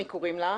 קוראים לה תמי,